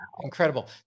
Incredible